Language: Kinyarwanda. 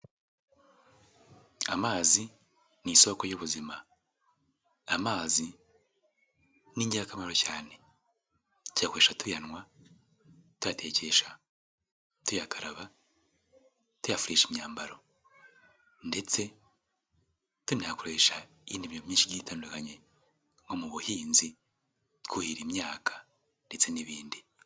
Amazi ni isoko y'ubuzima. amazi n'ingirakamaro cyane. Tuyakoresha tuyanywa, tuyatekesha, tuyakaraba, tuyafurisha imyambaro ndetse tunayakoresha iyindi mirimo myinshi igiye itandukanye. Nko mu buhinzi, twuhira imyaka ndetse n'ibindi.